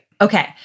Okay